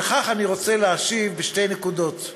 ולכך אני רוצה להשיב בשתי נקודות: